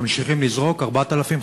ממשיכים לזרוק 4,000,